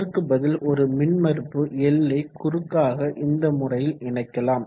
அதற்கு பதில் ஒரு மின்மறுப்பு L யை குறுக்காக இந்த முறையில் இணைக்கலாம்